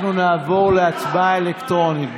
אנחנו נעבור להצבעה אלקטרונית.